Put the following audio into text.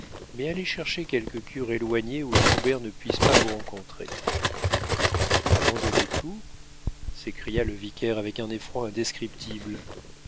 mais allez chercher quelque cure éloignée où troubert ne puisse pas vous rencontrer abandonner tours s'écria le vicaire avec un effroi indescriptible